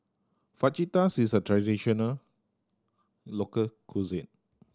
fajitas is a traditional local cuisine